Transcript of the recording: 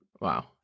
Wow